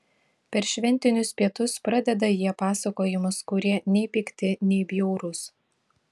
per šventinius pietus pradeda jie pasakojimus kurie nei pikti nei bjaurūs